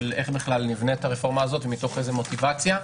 איך בכלל נבנית הרפורמה הזאת ומתוך איזו מוטיבציה.